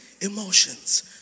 emotions